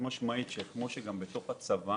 כמו שגם בתוך הצבא